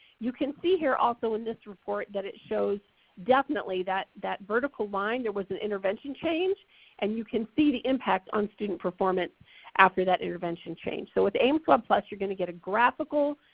you can see here also in this report that it shows definitely that that vertical line there was an intervention change and you can see the impact on student performance after that intervention change. so with aimswebplus you're gonna get a graphical,